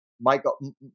Michael